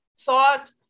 thought